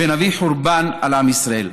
ונביא חורבן על עם ישראל.